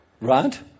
right